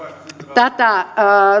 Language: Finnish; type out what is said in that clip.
tätä